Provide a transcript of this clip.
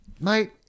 Mate